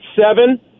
seven